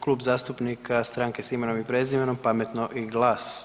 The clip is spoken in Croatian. Klub zastupnika Stranke s Imenom i Prezimenom, Pametnog i GLAS-a.